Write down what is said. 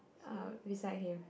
uh beside him